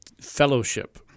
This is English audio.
Fellowship